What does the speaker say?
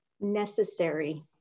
Necessary